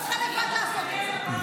אני לא צריכה לבד לעשות את זה.